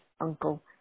uncle